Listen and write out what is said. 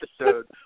episode